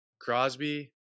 crosby